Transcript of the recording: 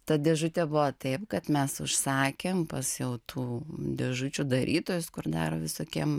ta dėžute buvo taip kad mes užsakėm pas jau tų dėžučių darytojus kur daro visokiem